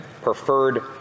preferred